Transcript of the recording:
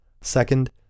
Second